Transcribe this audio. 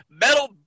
metal